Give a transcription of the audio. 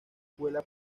escuela